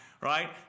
right